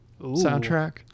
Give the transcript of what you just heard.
soundtrack